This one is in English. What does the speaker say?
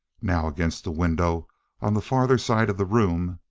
now, against the window on the farther side of the room,